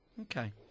Okay